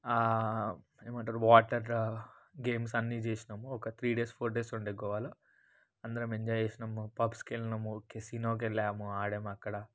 ఏమంటరు water games అన్నీ చేసినాము ఒక త్రీ డేస్ ఫోర్ డేస్ ఉండే గోవాలో అందరం ఎంజాయ్ చేసినాము పబ్స్కెళ్ళినము కెసీనోకెళ్ళాము ఆడామక్కడ